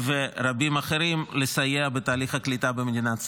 -- ורבים אחרים לסייע בתהליך הקליטה במדינת ישראל.